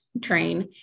train